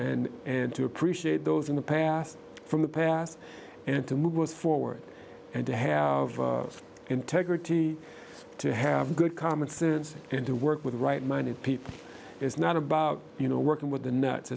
and and to appreciate those in the past from the past and to move forward and to have integrity to have good common sense and to work with right minded people is not about you know working with the nuts